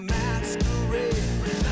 masquerade